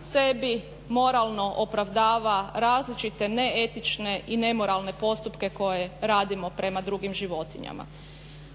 sebi moralno opravdava različite neetične i nemoralne postupke koje radimo prema drugim životinjama.